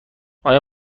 آیا